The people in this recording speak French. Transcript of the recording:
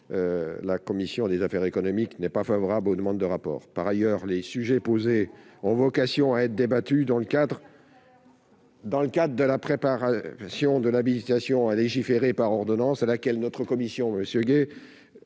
la commission des affaires économiques n'est pas favorable aux demandes de rapport. Par ailleurs, les sujets soulevés ont vocation à être débattus dans le cadre de la préparation de l'habilitation à légiférer par ordonnances, à laquelle notre commission a